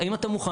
כן זה קיים.